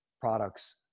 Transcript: products